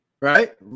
Right